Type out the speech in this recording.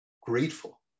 grateful